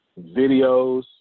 Videos